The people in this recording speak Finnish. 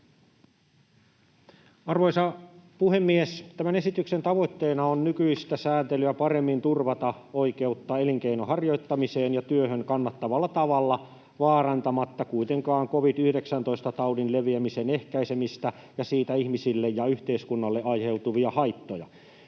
Arvoisa puhemies! Tämän esityksen tavoitteena on nykyistä sääntelyä paremmin turvata oikeutta elinkeinon harjoittamiseen ja työhön kannattavalla tavalla vaarantamatta kuitenkaan covid-19-taudin leviämisen ja siitä ihmisille ja yhteiskunnalle aiheutuvien haittojen